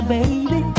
baby